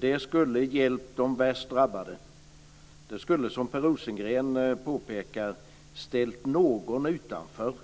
Det skulle hjälpt de värst drabbade. Det skulle, som Per Rosengren påpekar, ställt någon utanför,